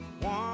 one